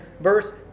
verse